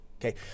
Okay